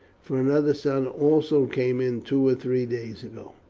for another son also came in two or three days ago.